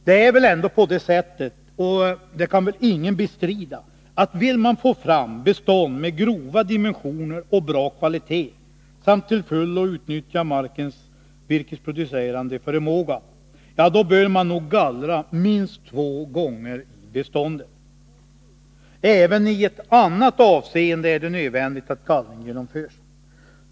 Det är väl ändå på det sättet — och det kan ingen bestrida — att vill man få fram bestånd med grova dimensioner och bra kvalitet samt till fullo utnyttja markens virkesproduce rande förmåga, då bör man nog gallra minst två gånger i beståndet. Äveni ett annat avseende är det nödvändigt att gallring genomförs.